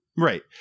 Right